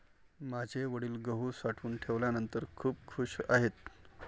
माझे वडील गहू साठवून ठेवल्यानंतर खूप खूश आहेत